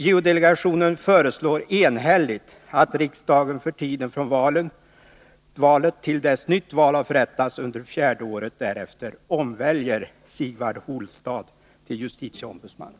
JO-delegationen föreslår enhälligt att riksdagen för tiden från valet till dess nytt val har förrättats under fjärde året därefter omväljer Sigvard Holstad till justitieombudsman.